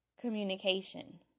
Communication